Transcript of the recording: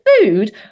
food